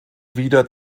wieder